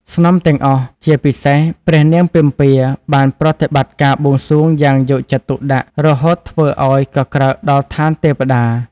ស្នំទាំងអស់ ជាពិសេសព្រះនាងពិម្ពាបានប្រតិបត្តិការបួងសួងយ៉ាងយកចិត្តទុកដាក់រហូតធ្វើឱ្យកក្រើកដល់ឋានទេព្តា។